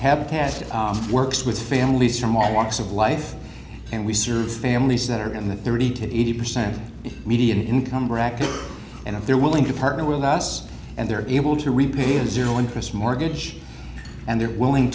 habitat works with families from all walks of life and we serve families that are in the thirty to eighty percent median income bracket and if they're willing to partner with us and they're able to repay a zero interest mortgage and they're willing